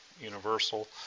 universal